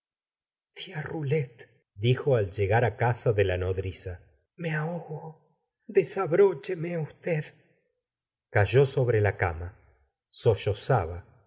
conjeturas tia rolet dijo al llegar á casa de la nodriza fme ahogo desabrócheme usted cayó sobre la cama